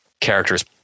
characters